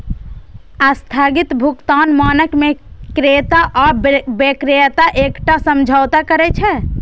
स्थगित भुगतान मानक मे क्रेता आ बिक्रेता एकटा समझौता करै छै